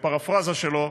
בפרפראזה שלו,